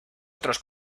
otros